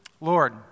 Lord